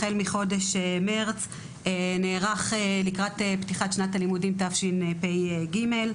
החל מחודש מרץ נערך לקראת פתיחת שנת הלימודים תשפ"ג.